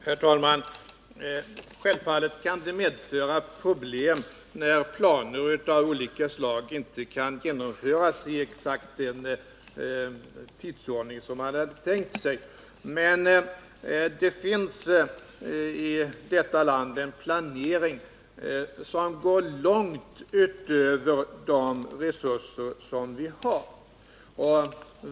Herr talman! Självfallet kan det medföra problem när planer av olika slag inte kan genomföras i exakt den tidsordning som man hade tänkt sig, men det finns i detta land en planering som går långt utöver de resurser som vi har.